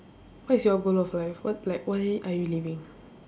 what is your goal of life what like why are you living